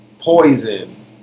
Poison